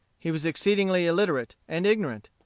he was exceedingly illiterate, and ignorant.